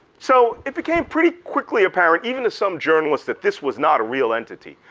so it became pretty quickly apparent even to some journalists that this was not a real entity.